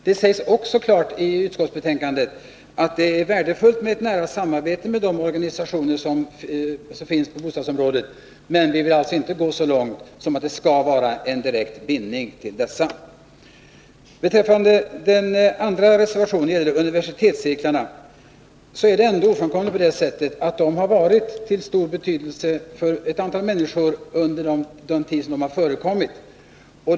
Det sägs också klart i utskottsbetänkandet att det är värdefullt med ett nära samarbete med de organisationer som finns i bostadsområdet, men vi vill alltså inte gå så långt som att det skall vara en direkt bindning. Beträffande reservation 7, som gäller universitetscirklar, är det ändå ofrånkomligen så att dessa har varit av stor betydelse för ett antal människor under den tid de har förekommit.